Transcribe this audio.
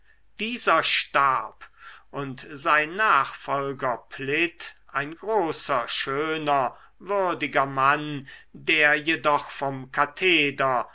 dieser starb und sein nachfolger plitt ein großer schöner würdiger mann der jedoch vom katheder